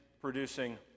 producing